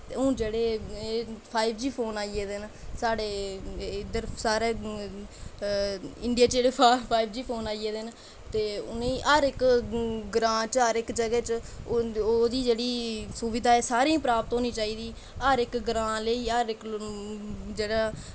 हून जेह्ड़े एह् फाईवजी फोन आई गेदे न साढ़े इद्दर जेह्ड़े इंडिया च जेह्ड़े फाईवजी फोन आई गेदे न ते उ'नें गी हर इक्क ग्रांऽ च हर इक्क जगह च ओह्दे ई जेह्ड़ी सुविधा ऐ ओह् सारें ई प्राप्त होऐ हर इक्क ग्रांऽ लेई हर इक्क जगह